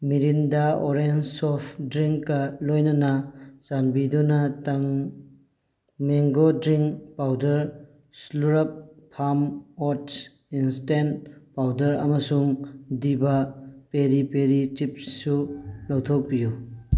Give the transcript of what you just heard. Mirinda orange soft drink ꯂꯣꯏꯅꯅ ꯆꯥꯟꯕꯤꯗꯨꯅ ꯇꯪ ꯃꯦꯡꯒꯣ ꯗ꯭ꯔꯤꯡ ꯄꯥꯎꯗꯔ ꯏꯁꯂꯣꯔꯐ ꯐꯥꯔꯝ ꯑꯣꯠꯁ ꯏꯟꯁꯇꯦꯟꯠ ꯄꯥꯎꯗꯔ ꯑꯃꯁꯨꯡ ꯗꯤꯚꯥ ꯄꯦꯔꯤ ꯄꯦꯔꯤ ꯆꯤꯞꯁ ꯁꯨ ꯂꯧꯊꯣꯛꯄꯤꯌꯨ